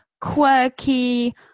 quirky